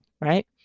right